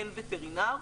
אין וטרינר,